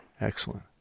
Excellent